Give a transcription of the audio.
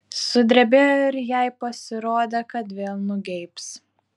sudrebėjo ir jai pasirodė kad vėl nugeibs